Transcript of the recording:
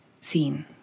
seen